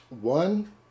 One